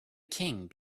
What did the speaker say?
king